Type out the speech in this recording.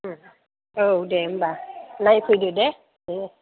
औ दे होमबा नायफैदो दे